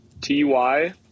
T-Y